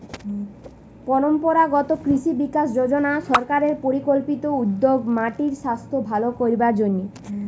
পরম্পরাগত কৃষি বিকাশ যজনা সরকারের পরিকল্পিত উদ্যোগ মাটির সাস্থ ভালো করবার জন্যে